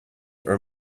are